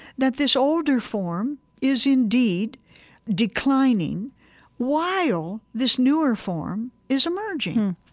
that this older form is indeed declining while this newer form is emerging.